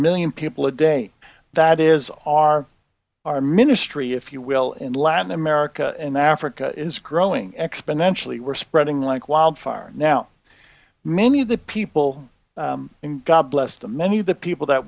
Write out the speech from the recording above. million people a day that is our our ministry if you will in latin america and africa is growing exponentially we're spreading like wildfire now many of the people in god bless them many of the people that